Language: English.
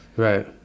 Right